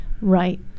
Right